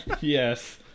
yes